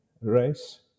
race